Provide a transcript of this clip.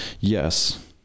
yes